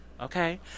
Okay